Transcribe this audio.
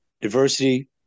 diversity